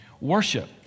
worship